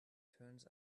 turns